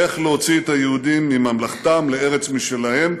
איך להוציא את היהודים ממלכתם לארץ משלהם,